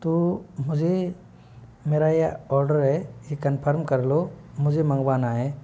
तो मुझे मेरा ये आर्डर है ये कंफर्म कर लो मुझे मंगवाना है